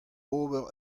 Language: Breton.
ober